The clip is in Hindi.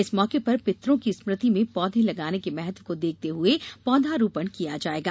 इस मौके पर पित्रों की स्मृति में पौधे लगाने के महत्व को देखते हुए पौधरोपण किया जायेगा